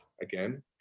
again